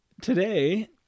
today